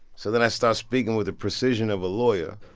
so then i start speaking with the precision of a lawyer